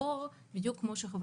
פה, בדיוק כמו שחבר